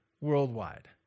Worldwide